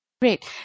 Great